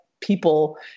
people